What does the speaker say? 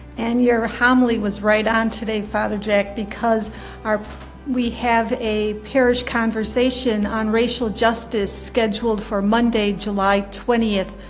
and your homily was right on today father jack because our we have a parish conversation on racial justice scheduled for monday, july twentieth,